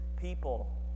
people